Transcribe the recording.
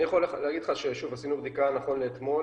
אני יכול לומר לך שעשינו בדיקה נכון לאתמול